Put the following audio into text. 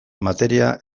materia